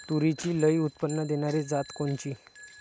तूरीची लई उत्पन्न देणारी जात कोनची?